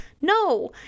No